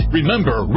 Remember